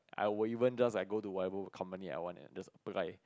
I will even just like go to whatever company I want and just apply